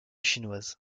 chinoise